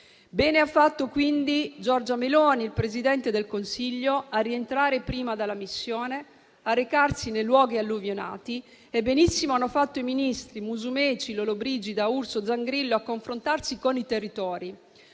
Quindi ha fatto bene Giorgia Meloni, il presidente del Consiglio, a rientrare prima dalla missione e a recarsi nei luoghi alluvionati e benissimo hanno fatto i ministri Musumeci, Lollobrigida, Urso e Zangrillo a confrontarsi con i territori.